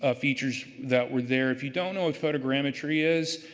ah features that were there. if you don't know what photogrammetry is.